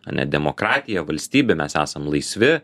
ane demokratija valstybė mes esam laisvi